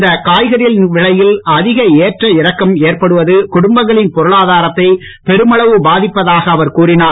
இந்த காய்கறிகளின் விலையில் அதிக ஏற்ற இறக்கம் ஏற்படுவது குடும்பங்களின் பொருளாதாரத்தை பெருமளவு பாதிப்பதாக அவர் கூறினார்